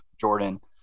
Jordan